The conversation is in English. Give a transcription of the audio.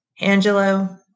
Angelo